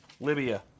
Libya